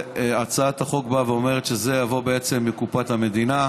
הצעת החוק באה ואומרת שזה יבוא בעצם מקופת המדינה,